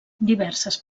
diverses